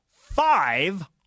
Five